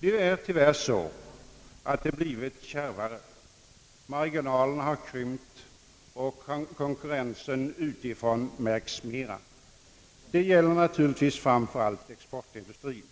Det är tyvärr så att det blivit kärvare. Marginalerna har krympt, och konkurrensen utifrån märks mera. Det gäller naturligtvis framför allt exportindustrien,